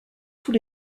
tous